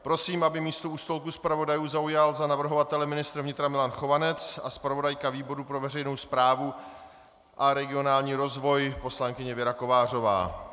Prosím, aby místo u stolku zpravodajů zaujal za navrhovatele ministr vnitra Milan Chovanec a zpravodajka výboru pro veřejnou správu a regionální rozvoj poslankyně Věra Kovářová.